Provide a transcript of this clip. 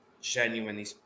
Genuinely